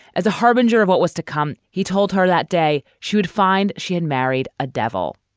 as a harbinger of what was to come, he told her that day she would find she had married a devil.